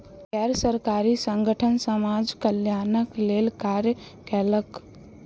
गैर सरकारी संगठन समाज कल्याणक लेल कार्य कयलक